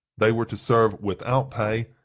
they were to serve without pay,